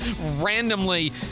randomly